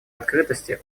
открытости